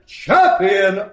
champion